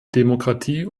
demokratie